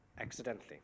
accidentally